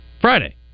Friday